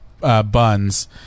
buns